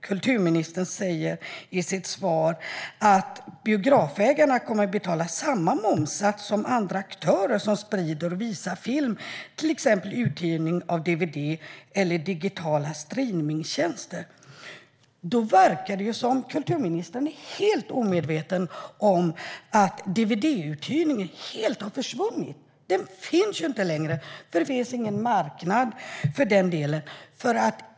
Kulturministern säger i sitt svar att biografägarna kommer att betala samma momssats som andra aktörer som sprider och visar film, till exempel genom uthyrning av dvd eller digitala streamingtjänster. Det verkar som att kulturministern är helt omedveten om dvd-uthyrning helt har försvunnit. Den finns inte längre, eftersom det inte finns någon marknad för den delen.